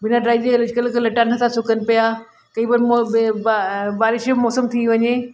बिना ड्राए जे अॼुकल्ह त लटा नथा सुकनि पिया कई बार मो बि बा बारिश जो मौसम थी वञे